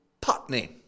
Putney